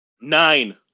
Nine